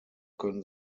können